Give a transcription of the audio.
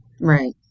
Right